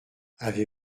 avez